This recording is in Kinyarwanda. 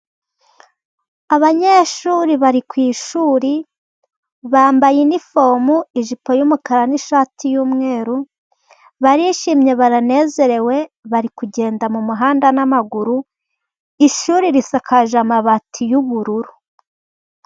Abanyeshuri bari ku ishuri bambaye inifomu ijipo y'umukara, n'ishati y'umweru, barishimye baranezerewe bari kugenda mu muhanda n'amaguru, ishuri risakaje amabati y'ubururu.